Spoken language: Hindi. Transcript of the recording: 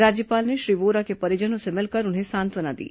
राज्यपाल ने श्री वोरा के परिजनों से मिलकर उन्हें सांत्वना दी